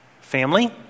family